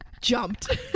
jumped